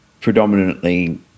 predominantly